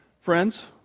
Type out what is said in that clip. Friends